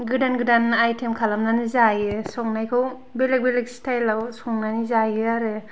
गोदान गोदान आइटेम खालामनानै जायो संनायखौ बेलेग बेलेग स्टाइलाव संनानै जायो आरो